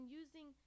using